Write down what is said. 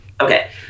Okay